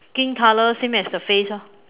skin color same as the face orh